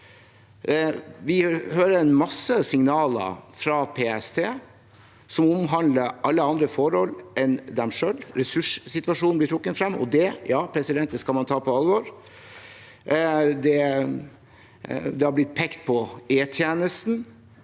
Vi hører en masse signaler fra PST som omhandler alle andre forhold enn dem selv. Ressurssituasjonen blir trukket frem, og det skal man ta på alvor. Det har blitt pekt på E-tjenesten.